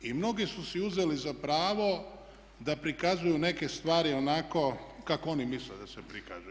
I mnogi su si uzeli za pravo da prikazuju neke stvari onako kako oni misle da se prikažu.